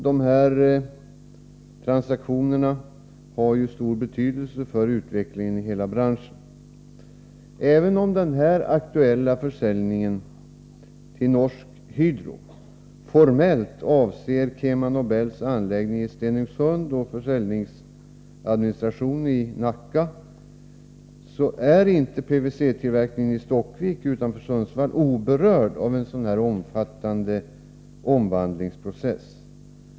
De här transaktionerna har stor betydelse för utvecklingen i hela branschen. Även om den nu aktuella försäljningen till Norsk Hydro formellt avser KemaNobels anläggning i Stenungsund och dess försäljningsadministration i Nacka, är pvc-tillverkningen i Stockvik utanför Sundsvall inte oberörd av en sådan här omfattande omvandlingsprocess.